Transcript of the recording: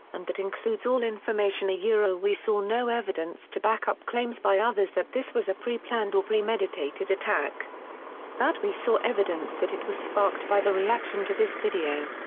and that includes all information ah we saw no evidence to back up claims by others that this was a preplanned or premeditated attack that we saw evidence that it was sparked by the reaction to this video.